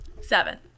Seven